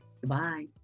Goodbye